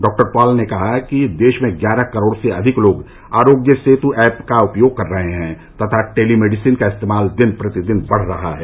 doctor Paul ने कहा कि देश में ग्यारह करोड़ से अधिक लोग आरोग्य सेतु ऐप का उपयोग कर रहे हैं और टेलीमेडिसिन का इस्तेमाल दिन प्रतिदिन बढ़ रहा है